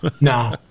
No